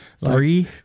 Three